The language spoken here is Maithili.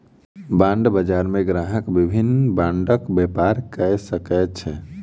बांड बजार मे ग्राहक विभिन्न बांडक व्यापार कय सकै छै